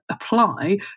apply